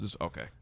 Okay